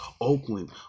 Oakland